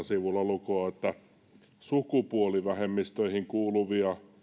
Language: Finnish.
sivulla sataneljäkymmentäkahdeksan lukee että sukupuolivähemmistöihin kuuluvia